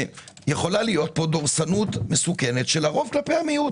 יכולה להיות פה דורסנות מסוכנת של הרוב כלפי המיעוט,